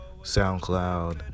SoundCloud